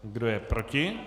Kdo je proti?